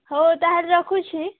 ହଉ ତାହାଲେ ରଖୁଛି